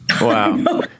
wow